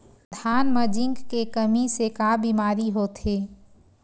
धान म जिंक के कमी से का बीमारी होथे?